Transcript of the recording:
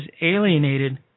alienated